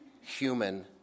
human